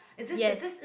yes